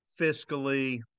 fiscally